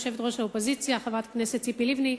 יושבת-ראש האופוזיציה חברת הכנסת ציפי לבני,